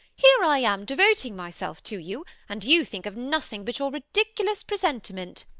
here i am devoting myself to you and you think of nothing but your ridiculous presentiment.